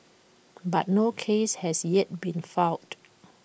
but no case has yet been filed